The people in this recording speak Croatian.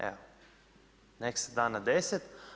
Evo, neka se da na 10.